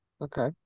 okay